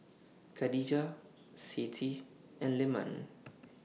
Khadija Siti and Leman